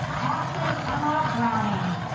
ashley emma browning